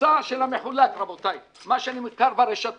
הממוצע של המחולק, רבותיי, מה שנמכר ברשתות